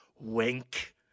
Wink